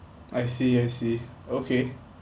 I see I see okay